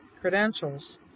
credentials